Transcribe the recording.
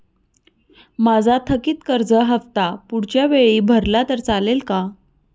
माझा थकीत कर्ज हफ्ता पुढच्या वेळी भरला तर चालेल का?